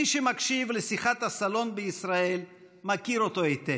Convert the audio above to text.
מי שמקשיב לשיחות הסלון בישראל מכיר אותו היטב.